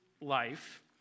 life